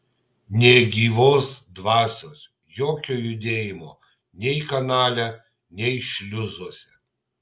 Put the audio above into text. nė gyvos dvasios jokio judėjimo nei kanale nei šliuzuose